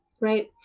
right